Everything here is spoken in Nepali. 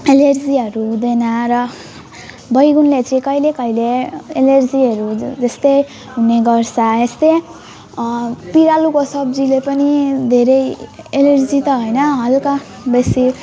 एलर्जीहरू हुँदैन र बैगुनले चाहिँ कहिले कहिले एलर्जीहरू जस्तै हुने गर्छ यस्तै पिँडालुको सब्जीले पनि धेरै एलर्जी त होइन हल्का बेसी